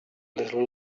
little